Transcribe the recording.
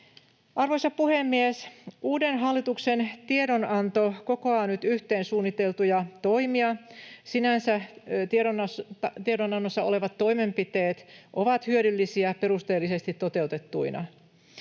Arvoisa puhemies! Uuden hallituksen tiedonanto kokoaa nyt yhteen suunniteltuja toimia. Sinänsä tiedonannossa olevat toimenpiteet ovat hyödyllisiä perusteellisesti toteutettuina.